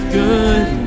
good